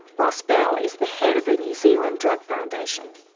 ross bell is the head of the new zealand drug foundation.